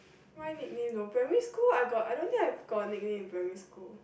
my nickname though primary school I got I don't think I've nickname in primary school